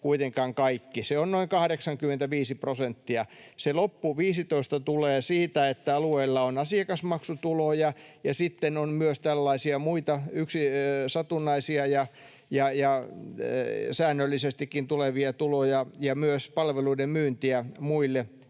se on noin 85 prosenttia. Se loppu 15 tulee siitä, että alueella on asiakasmaksutuloja, ja sitten on myös tällaisia muita satunnaisia ja säännöllisestikin tulevia tuloja ja myös palveluiden myyntiä muille